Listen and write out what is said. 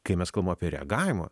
kai mes kalbam apie reagavimą